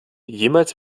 jemals